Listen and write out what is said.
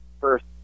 first